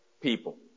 people